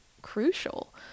crucial